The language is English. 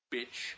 Bitch